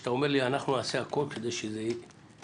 כשאתה אומר לי אנחנו נעשה הכול כדי שזה יתבצע